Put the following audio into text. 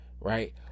right